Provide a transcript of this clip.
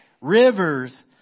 rivers